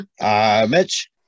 Mitch